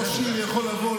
ראש עיר יכול לבוא,